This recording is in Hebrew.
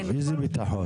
איזה ביטחון?